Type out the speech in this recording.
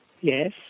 Yes